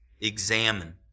examine